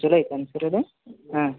ಚಲೋ ಐತೆ ಅಂತೀರ ಅದು ಹಾಂ